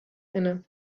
inne